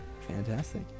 Fantastic